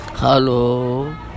Hello